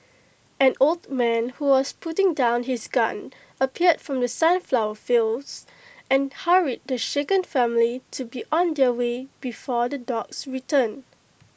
an old man who was putting down his gun appeared from the sunflower fields and hurried the shaken family to be on their way before the dogs return